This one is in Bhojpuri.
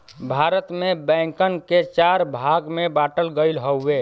भारत में बैंकन के चार भाग में बांटल गयल हउवे